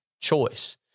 choice